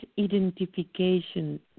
identification